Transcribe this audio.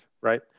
right